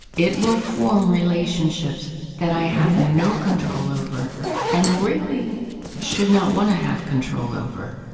it will form relationships that i have no control over and really should not want to have control over.